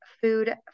food